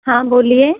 हाँ बोलिए